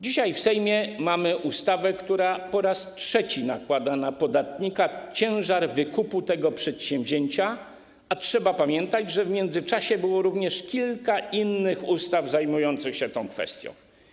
Dzisiaj w Sejmie mamy ustawę, która po raz trzeci nakłada na podatnika ciężar wykupu tego przedsięwzięcia, a trzeba pamiętać, że w międzyczasie było również kilka innych ustaw dotyczących tej kwestii.